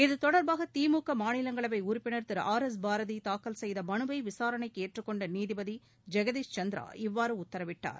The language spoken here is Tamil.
இத்தொடர்பாக திமுக மாநிலங்களவை உறுப்பினர் திரு ஆர் எஸ் பாரதி தாக்கல் செய்த மனுவை விசாரணைக்கு ஏற்றுக்கொண்ட நீதிபதி ஜெகதீஷ் சந்திரா இவ்வாறு உத்தரவிட்டார்